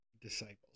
disciples